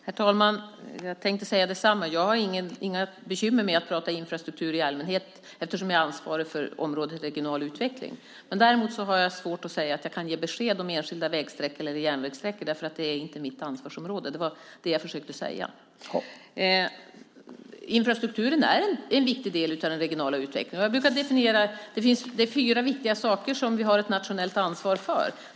Herr talman! Jag tänkte säga detsamma. Jag har inga bekymmer med att prata infrastruktur i allmänhet eftersom jag är ansvarig för området regional utveckling. Däremot har jag svårt att ge besked om enskilda vägsträckor eller järnvägssträckor eftersom det inte är mitt ansvarsområde. Infrastrukturen är en viktig del av den regionala utvecklingen. Jag brukar säga att det är fyra viktiga saker som vi har ett nationellt ansvar för.